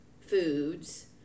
foods